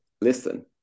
listen